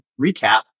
recap